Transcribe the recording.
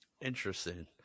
Interesting